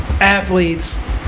athletes